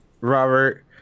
Robert